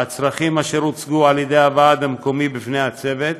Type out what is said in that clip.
והצרכים אשר הוצגו על ידי הוועד המקומי בפני הצוות,